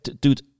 Dude